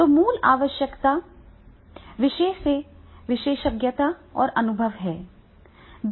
तो मूल आवश्यकता उस विषय में विशेषज्ञता और अनुभव है